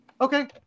Okay